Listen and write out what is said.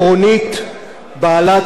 בעלת חשיבות רבה,